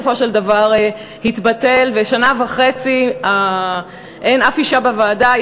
וגם הדיל הזה בסופו התבטל ושנה וחצי אין אף אישה בוועדה.